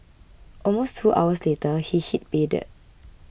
almost two hours later he hit pay dirt